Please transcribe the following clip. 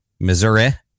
Missouri